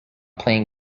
playing